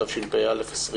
התשפ"א-2020.